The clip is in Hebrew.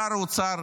שר האוצר,